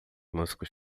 músicos